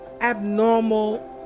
abnormal